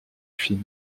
film